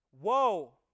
Whoa